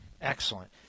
Excellent